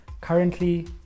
currently